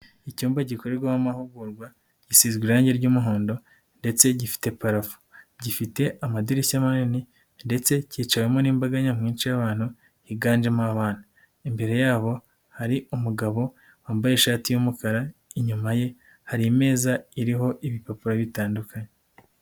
Icyumba gikorerwamo amahugurwa, gisizwe irangi ry'umuhondo ndetse gifite parafo. Gifite amadirishya manini ndetse kicawemo n'imbaga nyamwinshi y'abantu higanjemo abana. Imbere yabo hari umugabo wambaye ishati y'umukara, inyuma ye hari imeza iriho ibipapuro bitandukanye.